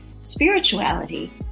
spirituality